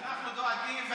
אנחנו דואגים,